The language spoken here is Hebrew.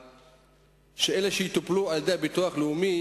אלה שיטופלו על-ידי הביטוח הלאומי